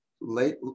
late